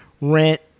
rent